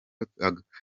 atagukunda